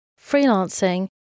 freelancing